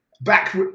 back